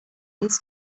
uns